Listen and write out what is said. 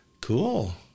Cool